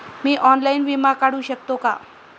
मी online विमा काढू शकते का?